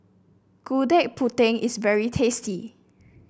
Gudeg Putih is very tasty